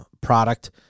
product